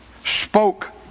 spoke